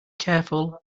careful